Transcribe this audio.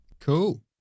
Cool